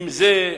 אם זה,